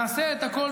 נעשה את הכול,